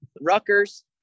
Rutgers